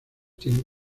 tienen